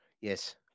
Yes